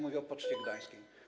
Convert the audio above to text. Mówię o Poczcie Gdańskiej.